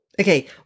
Okay